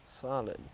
Solid